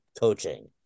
coaching